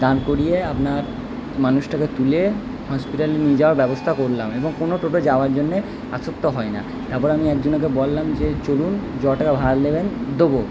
দাঁড় করিয়ে আপনার মানুষটাকে তুলে হসপিটালে নিয়ে যাওয়ার ব্যবস্থা করলাম এবং কোনো টোটো যাওয়ার জন্যে আসক্ত হয় না তারপর আমি একজনকে বললাম যে চলুন য টাকা ভাড়া নেবেন দেবো